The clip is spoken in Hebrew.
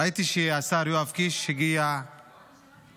ראיתי שהשר יואב קיש הגיע ליישוב,